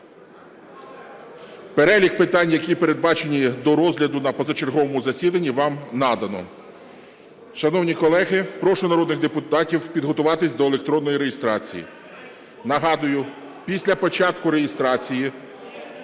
Перелік питань, які передбачені до розгляду на позачерговому засіданні, вам надано. Шановні колеги, прошу народних депутатів підготуватись до електронної реєстрації. Нагадую: після початку реєстрації